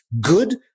good